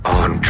on